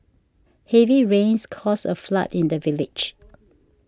heavy rains caused a flood in the village